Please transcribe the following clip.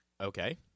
Okay